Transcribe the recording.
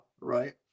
right